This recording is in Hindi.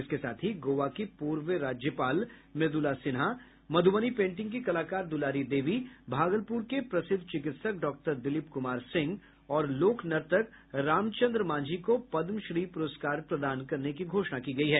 इसके साथ ही गोवा की पूर्व राज्यपाल मृदुला सिन्हा मधुबनी पेंटिंग की कलाकार दुलारी देवी भागलपुर के प्रसिद्ध चिकित्सक डॉक्टर दिलीप कुमार सिंह और लोक नर्तक रामचन्द्र मांझी को पद्मश्री पुरस्कार प्रदान करने की घोषणा की गयी है